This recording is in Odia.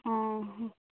ହଁ ହଁ